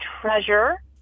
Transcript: treasure